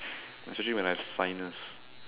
especially when I have sinus